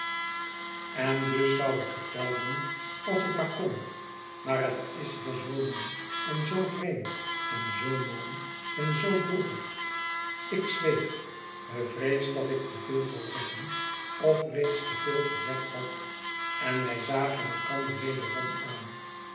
en dus zou ik het wel doen als ik maar kon maar het is hier zoo nieuw en zoo vreemd en zoo mooi en zoo droevig ik zweeg bevreesd dat ik te veel zou zeggen of reeds te veel gezegd had en wij zagen elkander wederom aan